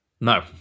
no